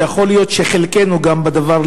כי יכול להיות שחלקנו גם בדבר,